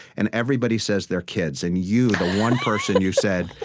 and everybody says their kids. and you, the one person, you said,